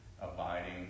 abiding